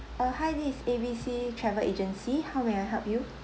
uh hi this is A B C travel agency how may I help you